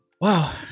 Wow